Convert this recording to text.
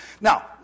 Now